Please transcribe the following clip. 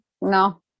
no